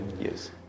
yes